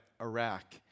Iraq